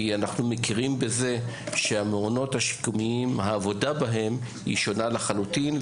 כי אנחנו מכירים בזה שהעבודה במעונות השיקומיים היא שונה לחלוטין,